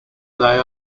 they